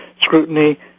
scrutiny